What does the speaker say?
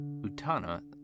Utana